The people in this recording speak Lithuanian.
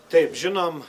taip žinom